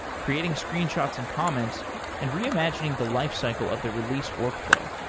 creating screenshots and comments and reimagining the lifecycle of the release workflow.